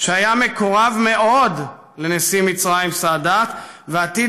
שהיה מקורב מאוד לנשיא מצרים סאדאת ועתיד